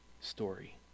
story